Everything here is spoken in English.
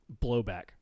blowback